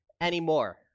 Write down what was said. anymore